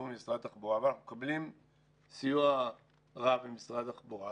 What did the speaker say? הוא משרד התחבורה ואנחנו מקבלים סיוע רב ממשרד התחבורה,